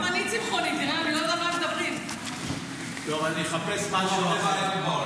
תראה, אני לא --- טוב, אני אחפש משהו אחר.